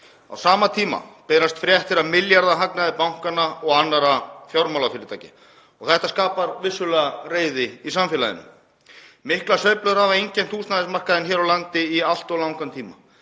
Á sama tíma berast fréttir af milljarðahagnaði bankanna og annarra fjármálafyrirtækja og skapar þetta vissulega reiði í samfélaginu. Miklar sveiflur hafa einkennt húsnæðismarkaðinn hér á landi í allt of langan tíma